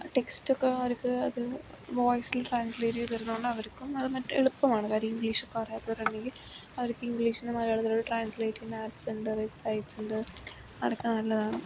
ടെക്സ്റ്റോകെ അവർക്ക് അത് വോയ്സിൽ ട്രാൻസ്ലേറ്റ് ചെയ്തു തരുന്നതുകൊണ്ട് അവർക്കും അത് മറ്റേ എളുപ്പം ആണ് കാര്യം ഇംഗ്ലീഷൊക്കെ അറിയാത്തവരാണെങ്കിൽ അവർക്ക് ഇംഗ്ലീഷിൽ നിന്ന് മലയാളത്തിലോട്ട് ട്രാൻസ്ലേറ്റ് ചെയ്യുന്ന ആപ്പ്സ് ഉണ്ട് വെബ് സൈറ്റ്സ് ഉണ്ട് അതൊക്കെ നല്ലതാണ്